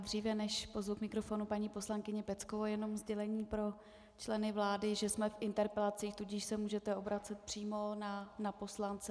Dříve než pozvu k mikrofonu paní poslankyni Peckovou, jenom sdělení pro členy vlády, že jsme v interpelacích, tudíž se můžete obracet přímo na poslance.